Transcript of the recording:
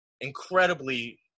incredibly